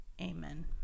Amen